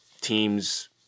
teams